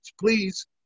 Please